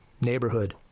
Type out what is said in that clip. neighborhood